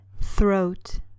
Throat